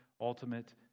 ultimate